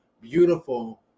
beautiful